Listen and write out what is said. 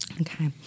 Okay